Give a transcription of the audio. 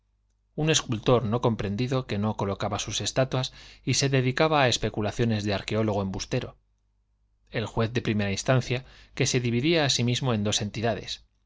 un escultor no comprendido que no colocaba sus estatuas y se dedicaba a especulaciones de arqueólogo embustero el juez de primera instancia que se dividía a sí mismo en dos entidades